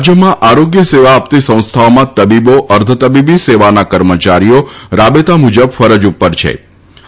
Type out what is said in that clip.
રાજ્યમાં આરોગ્ય સેવા આપતી સંસ્થાઓમાં તબીબો અર્ધ તબીબી સેવાના કર્મચારીઓ રાબેતા મુજબ ફરજ ઉપર છેવિમાન